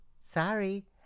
Sorry